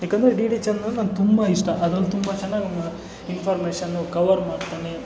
ಯಾಕೆಂದ್ರೆ D D channel ನನಗೆ ತುಂಬ ಇಷ್ಟ ಅದ್ರಲ್ಲಿ ತುಂಬ ಚೆನ್ನಾಗಿ ಇನ್ಫಾರ್ಮೇಶನ್ನು ಕವರ್ ಮಾಡ್ತಾನೆ